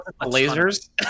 lasers